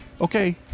okay